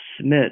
Smith